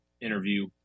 interview